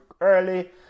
early